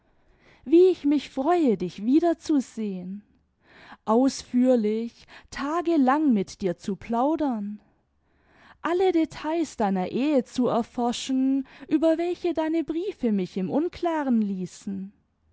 wie ich mich freue dich wiederzusehen ausführlich tagelang mit dir zu plaudern alle details deiner ehe zu erforschen über welche deine briefe mich im unklaren ließen